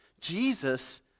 Jesus